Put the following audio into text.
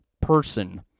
person